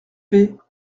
fait